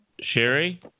Sherry